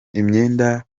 imyenda